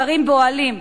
גרים באוהלים,